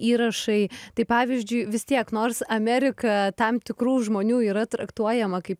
įrašai tai pavyzdžiui vis tiek nors amerika tam tikrų žmonių yra traktuojama kaip